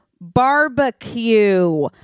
barbecue